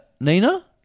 Nina